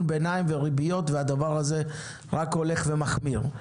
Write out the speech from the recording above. ביניים וריביות והדבר הזה רק הולך ומחמיר.